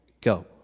Go